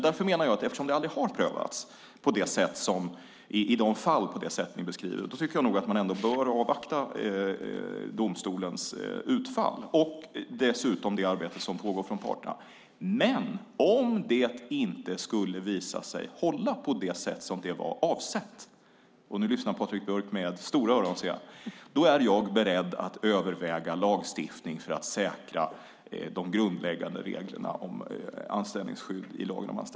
Därför menar jag att eftersom det aldrig har prövats på det sätt ni beskriver bör man avvakta domstolens utfall och dessutom det arbete som pågår från parterna. Om det inte skulle visa sig hålla på det sätt som det var avsett - nu lyssnar Patrik Björck med stora öron, ser jag - är jag beredd att överväga lagstiftning för att säkra de grundläggande reglerna om anställningsskydd i lagen.